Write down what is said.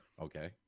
Okay